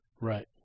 Right